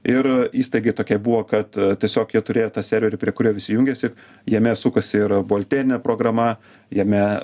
ir įstaigai tokia buvo kad tiesiog jie turėjo tą serverį prie kurio visi jungėsi jame sukosi yra buhalterinė programa jame